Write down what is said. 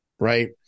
right